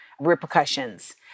repercussions